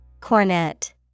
Cornet